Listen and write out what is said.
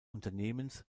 unternehmens